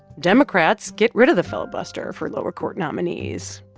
democrats get rid of the filibuster for lower court nominees.